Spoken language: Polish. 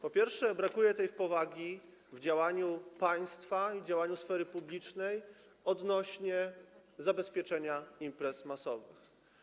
Po pierwsze, brakuje tej powagi w działaniu państwa i w działaniu sfery publicznej odnośnie do zabezpieczenia imprez masowych.